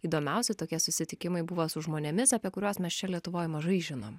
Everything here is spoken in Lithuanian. įdomiausi tokie susitikimai buvo su žmonėmis apie kuriuos mes čia lietuvoj mažai žinom